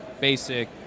basic